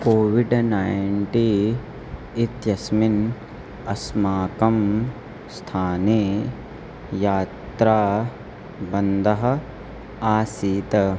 COVID ninety इत्यस्मिन् अस्माकं स्थाने यात्रा बन्धः आसीत्